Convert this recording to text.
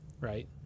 right